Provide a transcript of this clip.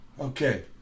Okay